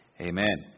Amen